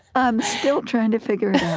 i'm still trying to figure it out